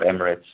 Emirates